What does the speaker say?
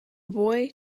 boy